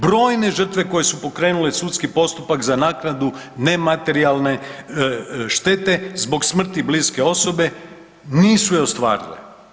Brojne žrtve koje su pokrenule sudski postupak za naknadu nematerijalne štete zbog smrti bliske osobe nisu je ostvarile.